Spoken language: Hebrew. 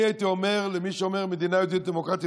אני הייתי אומר למי שאומר "מדינה יהודית דמוקרטית",